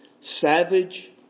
savage